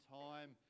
time